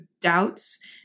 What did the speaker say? doubts